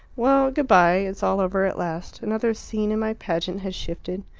well, good-bye it's all over at last another scene in my pageant has shifted.